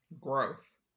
growth